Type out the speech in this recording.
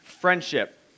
friendship